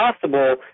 possible